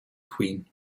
queen